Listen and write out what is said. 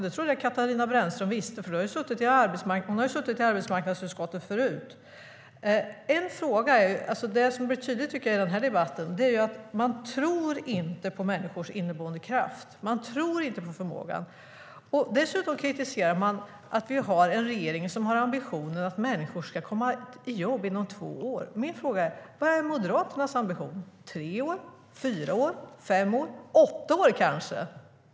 Det trodde jag att Katarina Brännström visste, för hon har suttit i arbetsmarknadsutskottet tidigare. Det som blir tydligt i den här debatten är att man inte tror på människors inneboende kraft. Man tror inte på deras förmåga. Dessutom kritiserar man att vi har en regering som har ambitionen att få människor i jobb inom två år. Vad är Moderaternas ambition? Är det tre år, fyra år, fem år eller kanske åtta år?